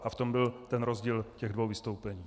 A v tom byl ten rozdíl v těch dvou vystoupeních.